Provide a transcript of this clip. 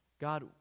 God